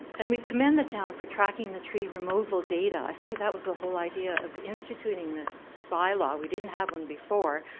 and we comment the town tore tracking the tree removal data. i think that was the whole idea of instituting this by law. we didn't have one before.